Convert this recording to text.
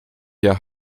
jahr